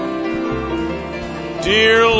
dear